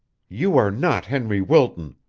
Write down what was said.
you are not henry wilton,